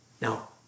Now